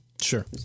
Sure